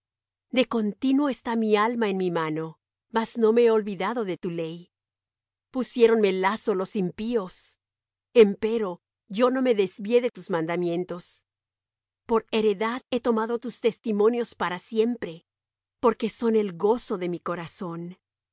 de continuo está mi alma en mi mano mas no me he olvidado de tu ley pusiéronme lazo los impíos empero yo no me desvié de tus mandamientos por heredad he tomado tus testimonios para siempre porque son el gozo de mi corazón